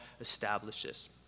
establishes